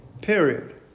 period